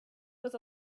was